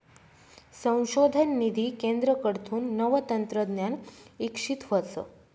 संशोधन निधी केंद्रकडथून नवं तंत्रज्ञान इकशीत व्हस